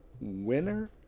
winner